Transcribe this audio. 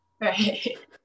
Right